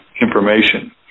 information